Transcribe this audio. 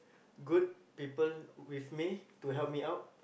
good people with me to help me out